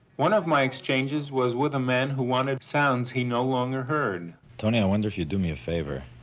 one of my exchanges was with a man who wanted sounds he no longer heard tony, i wonder if you'd do me a favor.